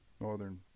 Northern